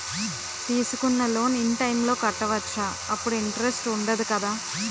తీసుకున్న loan in time లో కట్టవచ్చ? అప్పుడు ఇంటరెస్ట్ వుందదు కదా?